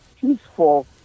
peaceful